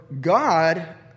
God